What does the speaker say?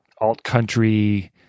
alt-country